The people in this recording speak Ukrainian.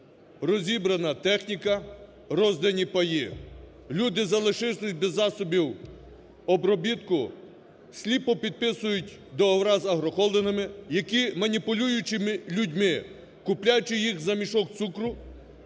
розібрана техніка, роздані паї. Люди залишилися без засобів обробітку, сліпо підписують договори з агрохолдингами, які, маніпулюючи людьми, купляючи їх за мішок цукру,